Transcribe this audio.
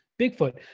Bigfoot